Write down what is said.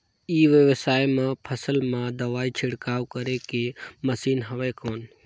ई व्यवसाय म फसल मा दवाई छिड़काव करे के मशीन हवय कौन?